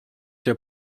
der